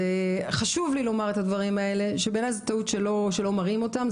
חשוב לי לומר את הדברים האלה שבעיניי זאת טעות שלא מראים אותן,